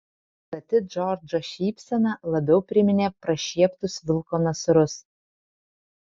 plati džordžo šypsena labiau priminė prašieptus vilko nasrus